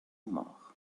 mort